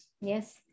Yes